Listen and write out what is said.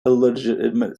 illegitimate